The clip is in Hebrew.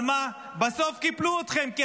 אבל מה, בסוף קיפלו אתכם, ממש לא.